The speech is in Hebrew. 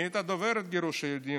מי הייתה דוברת גירוש היהודים.